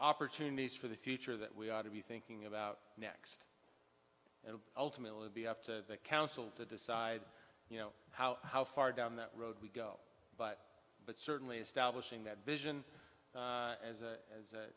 opportunities for the future that we ought to be thinking about next and ultimately be up to the council to decide how how far down that road we go but but certainly establishing that vision as a